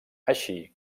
així